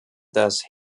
dass